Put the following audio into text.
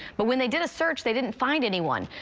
but when they did a search, they didn't find anyone.